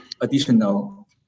additional